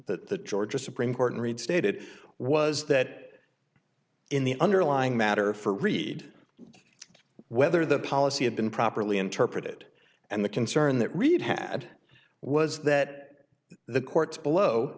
the georgia supreme court read stated was that in the underlying matter for read whether the policy had been properly interpreted and the concern that reid had was that the court below